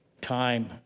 time